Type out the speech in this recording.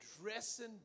dressing